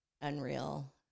unreal